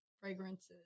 fragrances